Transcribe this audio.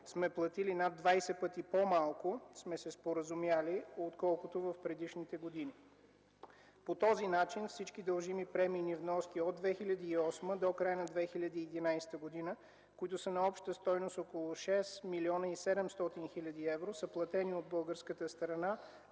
да платим над 20 пъти по-малко, отколкото в предишните години. По този начин всички дължими премийни вноски от 2008 г. до края на 2011 г., които са на обща стойност около 6 млн. 700 хил. евро, са платени от българската страна